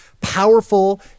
powerful